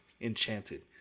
Enchanted